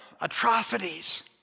atrocities